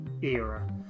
era